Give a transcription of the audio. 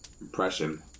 impression